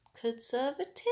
conservative